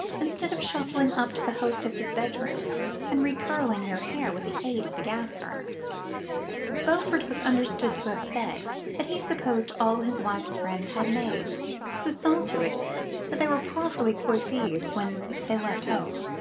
instead of shuffling up to the hostess's bedroom and recurling their hair with the aid of the gas-burner beaufort was understood to have said that he supposed all his wife's friends had maids who saw to it that they were properly coiffees when they left home.